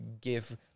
give